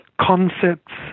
concepts